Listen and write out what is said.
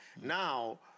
Now